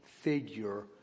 figure